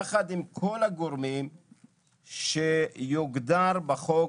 יחד עם כל הגורמים שיוגדרו בחוק,